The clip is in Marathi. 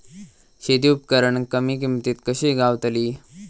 शेती उपकरणा कमी किमतीत कशी गावतली?